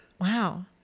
Wow